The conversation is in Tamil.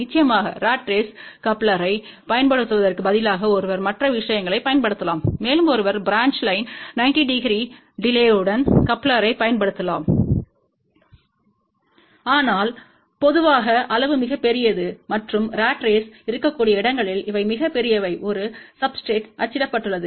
நிச்சயமாக ராட் ரேஸ் கப்ளரைப் பயன்படுத்துவதற்குப் பதிலாக ஒருவர் மற்ற விஷயங்களைப் பயன்படுத்தலாம் மேலும் ஒருவர் பிரான்ச் லைன் 9 0 டிகிரி டிலே துடன் கப்ளர்யைப் பயன்படுத்தலாம் ஆனால் பொதுவாக இது மிகவும் விரும்பத்தக்கது அல்லஒருவர் வேவ் கைடுயைப் பயன்படுத்தலாம் மேஜிக் டீ ஆனால் பொதுவாக அளவு மிகப் பெரியது மற்றும் ராட் ரேஸ் இருக்கக்கூடிய இடங்களில் இவை மிகப் பெரியவை ஒரு சப்ஸ்டிரேட்றில் அச்சிடப்பட்டுள்ளது